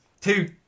Two